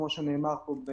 כמו שנאמר פה,